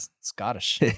Scottish